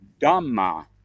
Dhamma